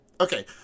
Okay